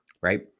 right